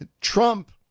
Trump